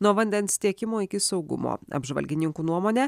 nuo vandens tiekimo iki saugumo apžvalgininkų nuomone